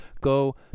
go